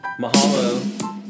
mahalo